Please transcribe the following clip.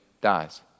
dies